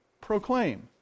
proclaim